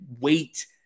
wait